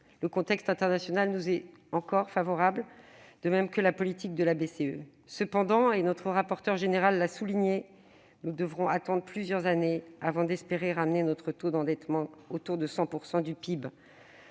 Le contexte international nous est encore favorable, de même que la politique de la Banque centrale européenne (BCE). Cependant, comme notre rapporteur général l'a souligné, nous devrons attendre plusieurs années avant d'espérer ramener notre taux d'endettement autour de 100 % du PIB.